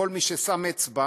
כל מי ששם אצבע,